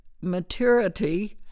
maturity